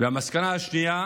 המסקנה השנייה